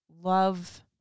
love